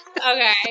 Okay